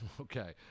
Okay